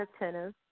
attentive